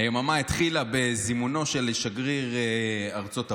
היממה התחילה בזימונו של שגריר ארצות הברית.